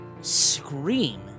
scream